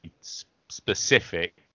specific